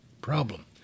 problem